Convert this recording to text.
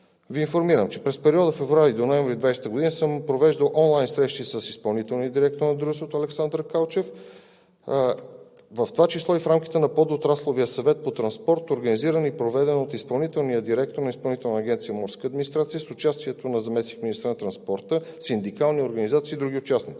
Ви информирам, че през периода от февруари до ноември 2020 г. съм провеждал онлайн срещи с изпълнителния директор на дружеството Александър Калчев, в това число и в рамките на Подотрасловия съвет по транспорт, организиран и проведен от изпълнителния директор на Изпълнителна агенция „Морска администрация“, с участието на заместник-министъра на транспорта, синдикални организации и други участници.